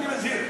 אני מזהיר.